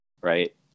right